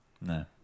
No